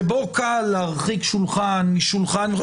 שבו קל להרחיק שולחן משולחן,